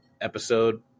episode